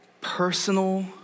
Personal